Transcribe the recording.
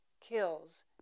kills